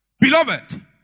Beloved